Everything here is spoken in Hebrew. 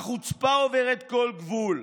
החוצפה עוברת כל גבול.